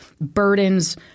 burdens